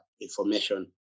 information